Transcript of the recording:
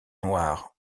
noires